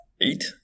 eight